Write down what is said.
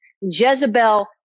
Jezebel